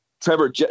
Trevor